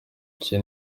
cye